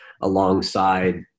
alongside